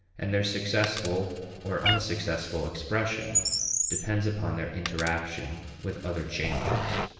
and their successful or unsuccessful expression depends upon their interaction with other changes.